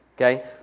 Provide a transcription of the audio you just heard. okay